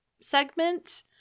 segment